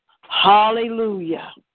Hallelujah